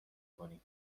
کنی